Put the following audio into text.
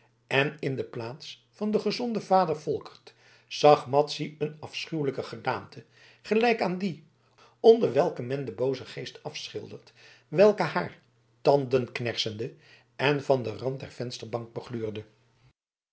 en in de plaats van den gezonden vader volkert zag madzy een afschuwelijke gedaante gelijk aan die onder welke men den boozen geest afschildert welke haar tandenknersende van den rand der vensterbank begluurde